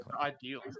ideal